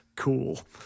Cool